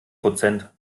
prozent